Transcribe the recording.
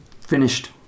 finished